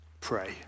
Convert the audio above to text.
pray